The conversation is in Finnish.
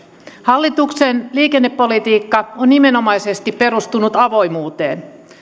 hallituksen liikennepolitiikka on nimenomaisesti perustunut avoimuuteen